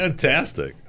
Fantastic